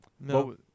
No